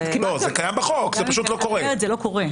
זה לא קורה.